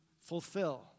fulfill